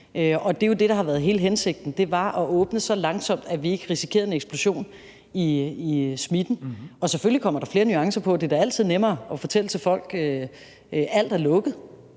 og det er jo det, der har været hele hensigten: Det var at åbne så langsomt, at vi ikke risikerede en eksplosion i smitten. Selvfølgelig kommer der flere nuancer på. Det er da altid nemmere at fortælle folk, at alt er lukket.